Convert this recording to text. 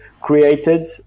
created